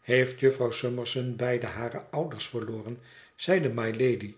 heeft jufvrouw summerson beide hare ouders verloren zeide mylady